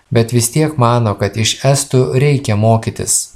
bet vis tiek mano kad iš estų reikia mokytis